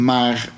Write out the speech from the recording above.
Maar